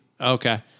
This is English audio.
Okay